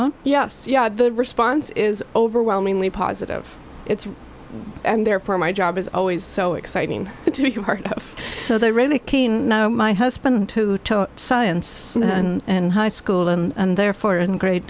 on yes yeah the response is overwhelmingly positive it's and therefore my job is always so exciting so they're really keen my husband who taught science in high school and therefore in grade